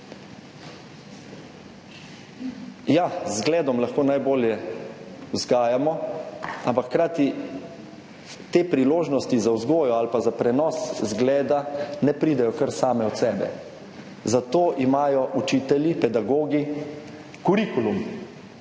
zgledom lahko najbolje vzgajamo, ampak hkrati te priložnosti za vzgojo ali za prenos zgleda ne pridejo kar same od sebe. Zato imajo učitelji, pedagogi kurikulum.